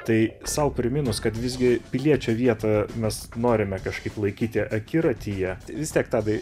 tai sau priminus kad visgi piliečio vietoje mes norime kažkaip laikyti akiratyje vis tiek tadai